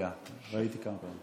המליאה נסגרה ב-16:00,